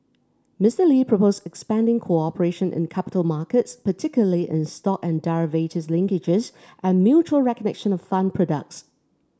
Mister Lee proposed expanding cooperation in capital markets particularly in stock and derivatives linkages and mutual recognition of fund products